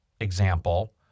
example